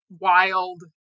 wild